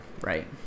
right